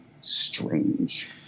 strange